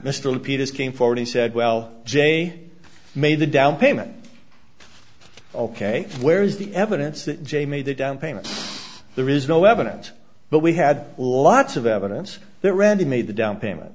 mr peters came forward and said well jay made the down payment ok where is the evidence that jay made the down payment there is no evidence but we had lots of evidence that randy made the down payment